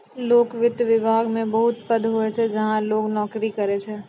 लोक वित्त विभाग मे बहुत पद होय छै जहां लोग नोकरी करै छै